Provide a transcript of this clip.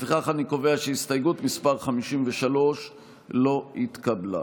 לפיכך אני קובע שהסתייגות מס' 53 לא התקבלה.